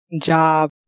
job